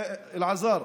אלעזר,